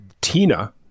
Tina